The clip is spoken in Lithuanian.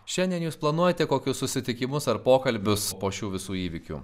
šiandien jūs planuojate kokius susitikimus ar pokalbius po šių visų įvykių